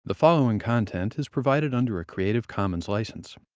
the following content is provided under a creative commons license.